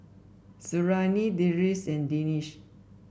Suriani Deris and Danish